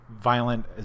violent